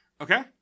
Okay